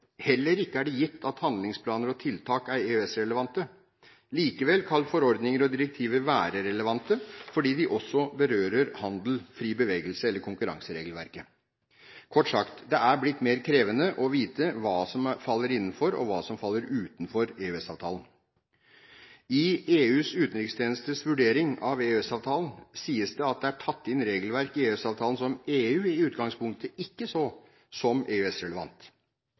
Heller ikke er det gitt at handlingsplaner og tiltak er EØS-relevante. Likevel kan forordninger og direktiver være relevante fordi de også berører handel, fri bevegelse eller konkurranseregelverket. Kort sagt: Det er blitt mer krevende å vite hva som faller innenfor, og hva som faller utenfor EØS-avtalen. I EUs utenrikstjenestes vurdering av EØS-avtalen sies det at det er tatt inn regelverk i EØS-avtalen som EU i utgangspunktet ikke så som